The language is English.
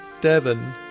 Devon